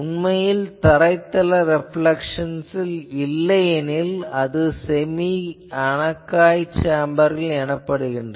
உண்மையில் தரைத்தள ரேப்லேக்சன்கள் இல்லையெனில் அது செமி அனக்காய் சேம்பர்கள் எனப்படுகின்றன